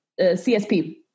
CSP